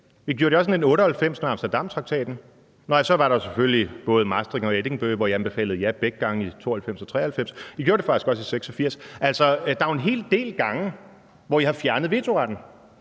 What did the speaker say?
I gjorde det også i 1998 med Amsterdamtraktaten. Nå ja, og så var der selvfølgelig både Maastrichttraktaten og Edinburghaftalen, hvor I anbefalede et ja begge gange, i 1992 og i 1993. I gjorde det faktisk også i 1986. Altså, der er jo en hel del gange, hvor I har fjernet vetoretten,